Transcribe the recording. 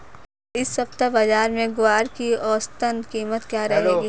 इस सप्ताह बाज़ार में ग्वार की औसतन कीमत क्या रहेगी?